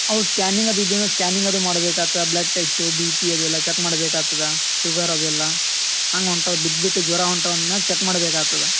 ಅವು ಸ್ಕ್ಯಾನಿಂಗ್ ಅದು ಇದು ಸ್ಕ್ಯಾನಿಂಗ್ ಅದು ಮಾಡ್ಬೇಕು ಆತ ಬ್ಲಡ್ ಟೆಸ್ಟು ಬಿಪಿ ಅದೆಲ್ಲ ಚೆಕ್ ಮಾಡ್ಬೇಕು ಆಗ್ತದ ಶುಗರ್ ಅದು ಎಲ್ಲ ಹಂಗೆ ಉಂಟು ಬಿಟ್ಬಿಟ್ಟು ಜ್ವರ ಹೊಂಟವ ಅಂದ್ಮೇಕ್ ಚೆಕ್ ಮಾಡ್ಬೇಕು ಆಗ್ತದ